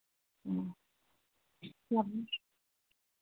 हाँ सभी